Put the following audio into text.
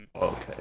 Okay